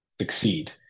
succeed